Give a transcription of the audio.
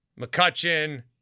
McCutcheon